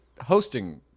hosting